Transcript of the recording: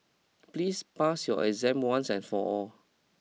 please pass your exam once and for all